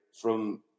from-